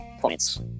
points